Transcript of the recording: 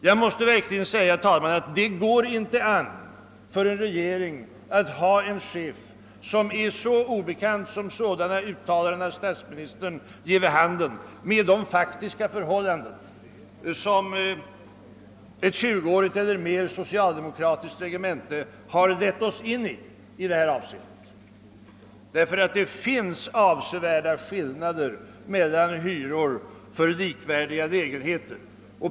Jag måste verkligen säga, herr talman, att det går inte an för en regering att ha en chef som — enligt statsministerns egna uttalanden — är så obekant med de faktiska förhållanden som ett mer än 20-årigt socialdemokratiskt regerande har lett oss in i det här avseendet. Det finns avsevärda skillnader mellan hyror för likvärdiga lägenheter.